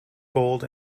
gold